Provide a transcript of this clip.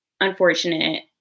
unfortunate